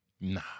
Nah